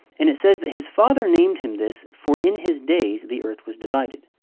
and it says that his father named him this, for in his days, the earth was divided.